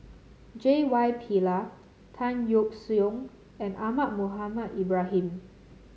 J Y Pillay Tan Yeok Seong and Ahmad Mohamed Ibrahim